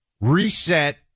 reset